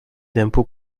d’impôt